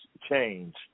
change